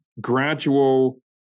gradual